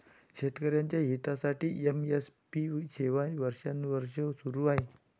शेतकऱ्यांच्या हितासाठी एम.एस.पी सेवा वर्षानुवर्षे सुरू आहे